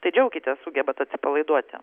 tai džiaukitės sugebat atsipalaiduoti